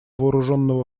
вооруженного